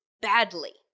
badly